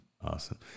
Awesome